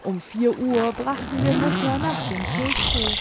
um vier uhr brachten wir mutter nach dem kirchhof